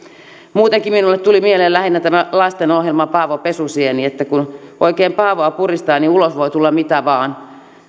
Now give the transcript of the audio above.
muutenkin minulle tuli mieleen lähinnä lastenohjelma paavo pesusieni kun oikein paavoa puristaa niin ulos voi tulla mitä vain